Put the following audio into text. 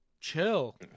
chill